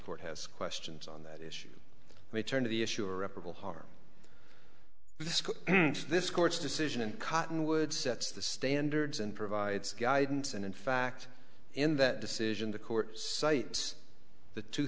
court has questions on that issue may turn to the issue or reparable harm with this court's decision and cottonwoods sets the standards and provides guidance and in fact in that decision the court cites the two